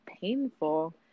painful